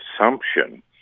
assumption